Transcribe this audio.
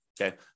okay